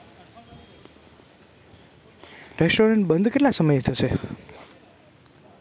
restaurant બંધ કેટલા સમયે થશે